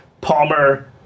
Palmer